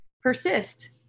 persist